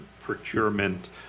procurement